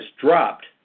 dropped